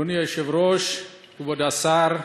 אדוני היושב-ראש, כבוד השר,